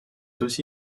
aussi